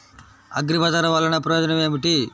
అగ్రిబజార్ వల్లన ప్రయోజనం ఏమిటీ?